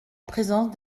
présence